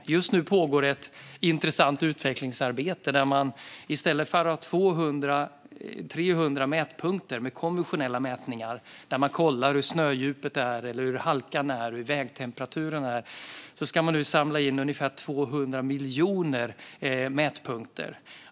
Just nu pågår ett intressant utvecklingsarbete där man i stället för att ha 200-300 mätpunkter med konventionella mätningar där man kollar hur snödjupet, halkan eller vägtemperaturen är samlar in ungefär 200 miljoner mätpunkter.